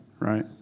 right